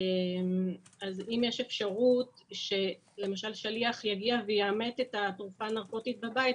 אם יש אפשרות למשל ששליח יגיע ויאמת את התרופה הנרקוטית בבית,